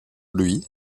lui